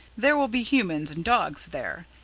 there will be humans and dogs there,